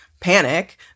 panic